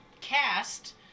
Cast